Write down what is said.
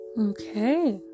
Okay